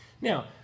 Now